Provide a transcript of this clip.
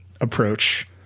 approach